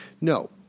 No